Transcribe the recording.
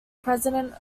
president